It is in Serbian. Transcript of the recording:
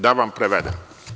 Da vam prevedem.